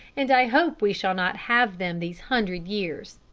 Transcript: and i hope we shall not have them these hundred years.